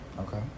Okay